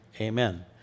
Amen